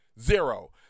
Zero